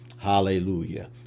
hallelujah